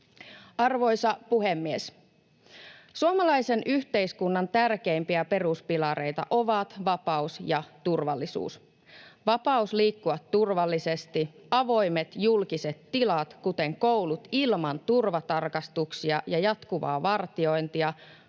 Arvoisa puhemies! Suomalaisen yhteiskunnan tärkeimpiä peruspilareita ovat vapaus ja turvallisuus. Vapaus liikkua turvallisesti, avoimet julkiset tilat, kuten koulut ilman turvatarkastuksia ja jatkuvaa vartiointia,